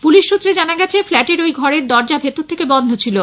police সূত্রে জানা যায় ফ্ল্যাটের ঐ ঘরের দরজা ভিতর থেকে বন্ধ ছিলো